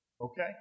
Okay